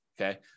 Okay